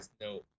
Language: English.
No